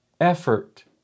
effort